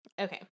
Okay